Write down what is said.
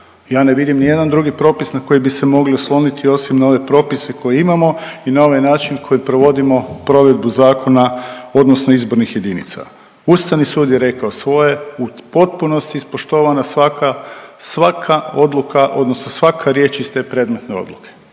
Ja ne vidim ni jedan drugi propis na koji bi se mogli osloniti osim na ove propise koje imamo i na ovaj način kojim provodimo provedbu zakona, odnosno izbornih jedinica. Ustavni sud je rekao svoje, u potpunosti ispoštovana svaka odluka, odnosno svaka riječ iz te predmetne odluke.